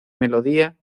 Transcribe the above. melodía